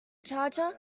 charger